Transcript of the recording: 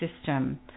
system